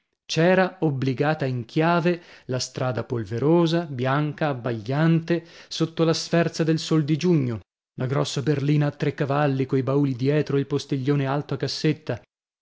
giovinetto c'era obbligata in chiave la strada polverosa bianca abbagliante sotto la sferza del sol di giugno la grossa berlina a tre cavalli coi bauli dietro e il postiglione alto a cassetta